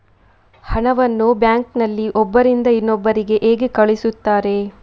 ಹಣವನ್ನು ಬ್ಯಾಂಕ್ ನಲ್ಲಿ ಒಬ್ಬರಿಂದ ಇನ್ನೊಬ್ಬರಿಗೆ ಹೇಗೆ ಕಳುಹಿಸುತ್ತಾರೆ?